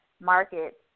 market